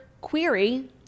query